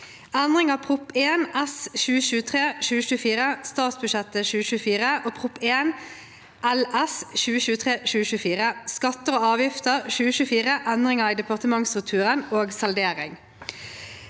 Endring av Prop. 1 S (2023–2024) Statsbudsjettet 2024 og Prop. 1 LS (2023–2024) Skatter og avgifter 2024 (endringer i departementsstrukturen og saldering)